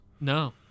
No